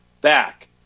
back